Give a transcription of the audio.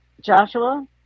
Joshua